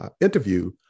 interview